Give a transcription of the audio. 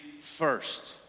first